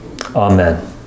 Amen